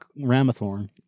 Ramathorn